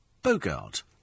Bogart